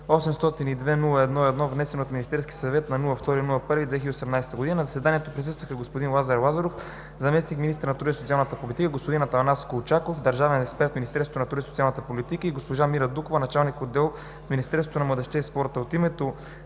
802-01-1, внесен от Министерския съвет на 2 януари 2018 г. На заседанието присъстваха: господин Лазар Лазаров – заместник-министър на труда и социалната политика, господин Атанас Колчаков – държавен експерт в Министерството на труда и социалната политика, и госпожа Мира Дукова – началник-отдел в Министерството на младежта и спорта. От името